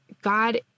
God